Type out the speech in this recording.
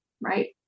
right